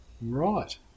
Right